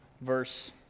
verse